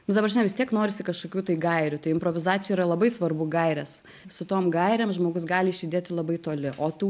nu ta prasme vis tiek norisi kažkokių gairių tai improvizacijoj yra labai svarbu gairės su tom gairėm žmogus gali išjudėti labai toli o tų